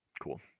Cool